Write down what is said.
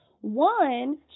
One